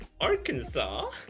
Arkansas